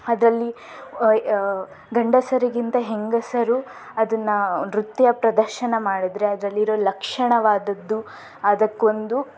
ಅದರಲ್ಲಿ ಗಂಡಸರಿಗಿಂತ ಹೆಂಗಸರು ಅದನ್ನ ನೃತ್ಯ ಪ್ರದರ್ಶನ ಮಾಡಿದರೆ ಅದರಲ್ಲಿರೋ ಲಕ್ಷಣವಾದದ್ದು ಅದಕ್ಕೊಂದು